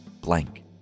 blank